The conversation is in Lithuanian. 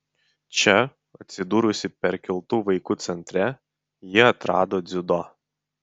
čia atsidūrusi perkeltų vaikų centre ji atrado dziudo